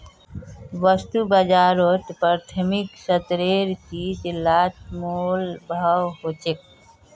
वास्तु बाजारोत प्राथमिक स्तरेर चीज़ लात मोल भाव होछे